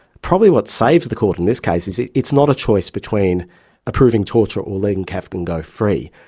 probably what saves the court in this case is it's not a choice between approving torture or letting gafgen go free.